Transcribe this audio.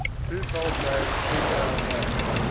twofold bay was too far away,